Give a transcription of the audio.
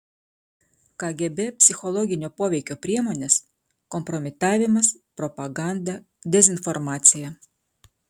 kgb psichologinio poveikio priemonės kompromitavimas propaganda dezinformacija